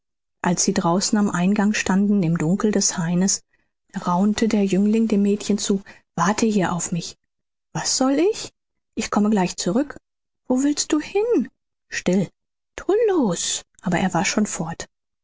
als sie draußen am eingang standen im dunkel des haines rannte der jüngling dem mädchen zu warte hier auf mich was soll ich ich komme gleich zurück wo willst du hin still tullus aber er war schon fort